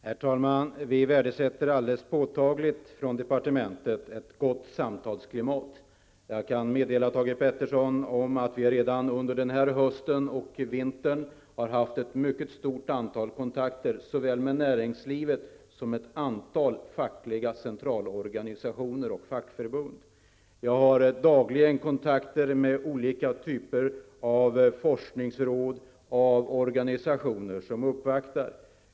Herr talman! I departementet värdesätter vi påtagligt ett gott samtalsklimat. Jag kan meddela Thage G Peterson att vi redan i höstas och nu i vinter har haft ett mycket stort antal kontakter, såväl med näringslivet som med ett antal fackliga centralorganisationer och fackförbund. Jag har dagligen kontakter med olika typer av forskningsråd och organisationer som uppvaktar.